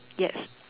yes